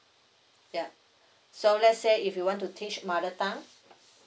yup so let's say if you want to teach mother tongue